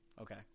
Okay